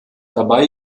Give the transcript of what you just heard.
dabei